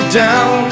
down